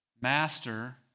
master